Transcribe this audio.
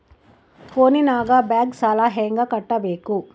ಫೋನಿನಾಗ ಬ್ಯಾಂಕ್ ಸಾಲ ಹೆಂಗ ಕಟ್ಟಬೇಕು?